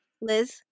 Liz